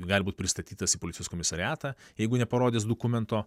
gali būti pristatytas į policijos komisariatą jeigu neparodys dokumento